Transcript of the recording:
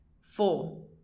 Four